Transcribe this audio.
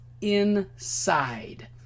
inside